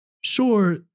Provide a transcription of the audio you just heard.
sure